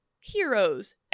heroes